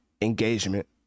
engagement